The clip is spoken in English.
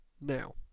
now